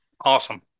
Awesome